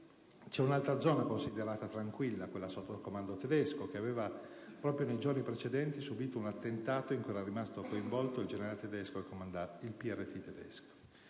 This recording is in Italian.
c'è un'altra zona considerata tranquilla, quella sotto il comando tedesco, che aveva subito proprio nei giorni precedenti un altro attentato in cui era rimasto coinvolto un generale tedesco. Mettendo